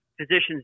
physicians